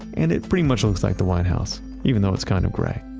and it pretty much looks like the white house even though it's kind of gray.